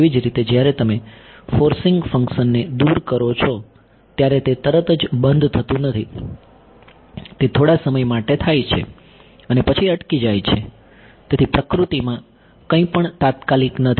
તેવી જ રીતે જ્યારે તમે ફોર્સિંગ ફંક્શનને દૂર કરો છો ત્યારે તે તરત જ બંધ થતું નથી તે થોડા સમય માટે જાય છે અને પછી અટકી જાય છે તેથી પ્રકૃતિમાં કંઈપણ તાત્કાલિક નથી